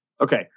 Okay